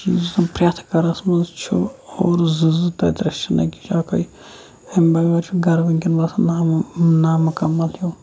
سُہ چیٖز یُس زَن پرٛٮ۪تھ گَرَس مَنٛز چھُ اور زٕ زٕ ترٛےٚ ترٛےٚ چھِنہٕ أکِس چھِ اَکٲے امہِ بَغٲر چھُ گَرٕ وٕنکٮ۪ن باسان نامُکَمَل ہیوٗ